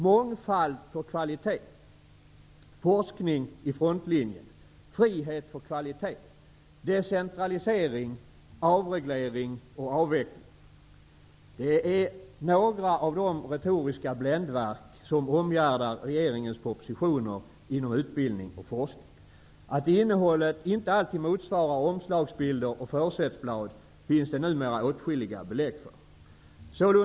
Mångfald för kvalitet, forskning i frontlinjen, frihet för kvalitet, decentralisering, avreglering och avveckling är några av de retoriska bländverk som omgärdar regeringens propositioner inom utbildning och forskning. Att innehållet inte alltid motsvarar omslagsbilder och försättsblad finns det numera åtskilliga belägg för.